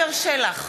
עפר שלח,